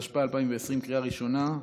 התשפ"א 2020, לקריאה ראשונה.